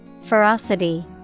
Ferocity